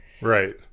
right